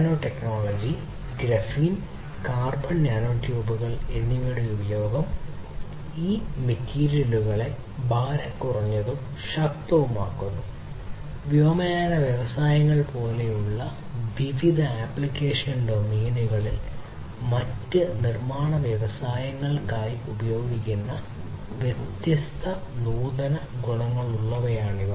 nano technology graphene carbon നാനോട്യൂബുകൾ എന്നിവയുടെ ഉപയോഗം ഈ മെറ്റീരിയലുകളെ ഭാരം കുറഞ്ഞതും ശക്തവുമാക്കുന്നു വ്യോമയാന വ്യവസായങ്ങൾ പോലുള്ള വിവിധ ആപ്ലിക്കേഷൻ ഡൊമെയ്നുകളിൽ മറ്റ് നിർമ്മാണ വ്യവസായങ്ങൾക്കായി ഉപയോഗിക്കുന്നതിന് വ്യത്യസ്ത നൂതന ഗുണങ്ങളുള്ളവയാണ്